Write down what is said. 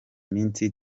minsi